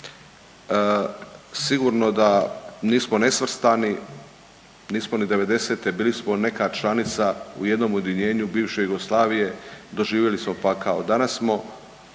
sigurno da nismo nesvrstani, nismo ni devedesete bili smo neka članica u jednom odjeljenju bivše Jugoslavije doživjeli smo pakao. Danas smo